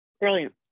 Brilliant